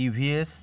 TVS